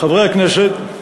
חברי הכנסת,